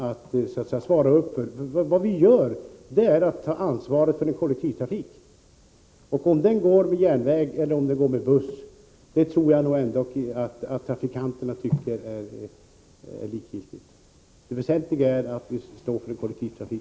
Det vi skall göra är att svara för att det finns en kollektivtrafik. Jag tror att trafikanterna tycker att det är likgiltigt om den går med järnväg eller buss. Det väsentliga är att vi står för en kollektivtrafik.